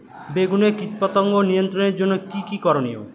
বেগুনে কীটপতঙ্গ নিয়ন্ত্রণের জন্য কি কী করনীয়?